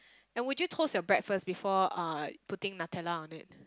and would you toast your bread first before uh putting Nutella on it